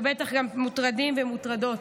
ובטח גם מוטרדים ומוטרדות.